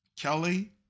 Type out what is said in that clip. Kelly